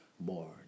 more